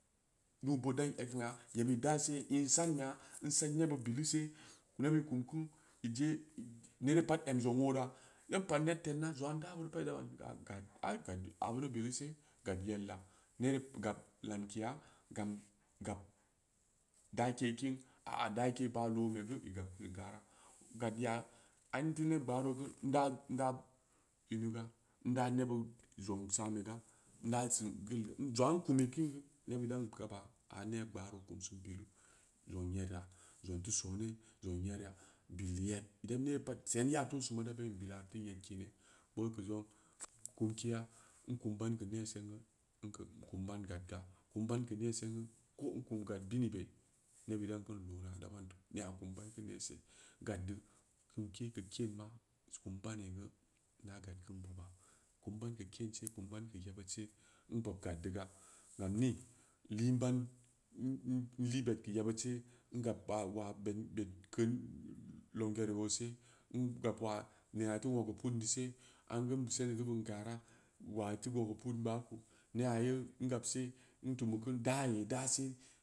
Nuubood dan egn beya yebud idase in san beya in san nebud bilu se nebud i kumku iji nere pat em zong ora dan pan ne tonna zong'aa in daburi pat ida ban abu biluse gad yella nere gab lamkeya gam gab dake kin a-a dake baah loome geu i gableu gara gadya a in teu neb gbaaro geu inda-inda inda nebud zong sa'an bega inda sin gel jong aa in kumi, kin nebuddan gaba a ne'a gbaaro kumsin bilu zong yera zong teu sone zong yeraa bildu yed den nere pat sen ya too sin ma da ben bila teu yedke ne kumkeya in kum in ban keu ne sen geu in keu kum in ban gadga kum in ban keu ne sen geu ko in kum gad binibe nebud dan keun loona ida ban tooh ne'a kum in ban keu nese gaddeu kumke keu keenma kum in bani geu inda gad keun boba kum in ban keu keense kum in ban keu yebudse in bob gaddeu ga gam ni liinban in li gbed keu yebud se in gab gbed keun longere o se in gab waa nena teu nwogeu pu'un deu se am geu in beu seni geu buun gara waa teu nwogeu puun gbaaku ne'a yeu in gabse in tumuku da ye da se